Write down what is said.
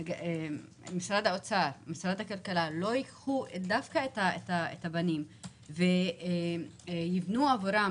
משרד האוצר ומשרד הכלכלה לא ייקחו דווקא את הבנים ויבנו עבורם